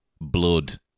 blood